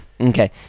Okay